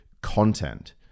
content